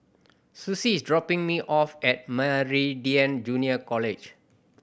Suzy is dropping me off at Meridian Junior College